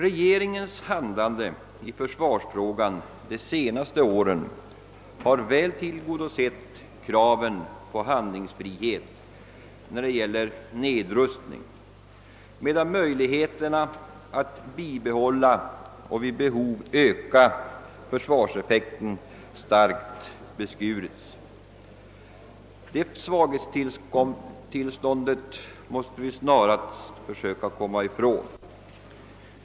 Regeringens handlande i försvarsfrågan de senaste åren har väl tillgodosett kraven på handlingsfrihet när det gäller nedrustning, medan möjligheterna att bibehålla och vid behov ytterligare öka försvarseffekten starkt beskurits. Detta svaghetstillstånd måste vi snarast försöka komma från.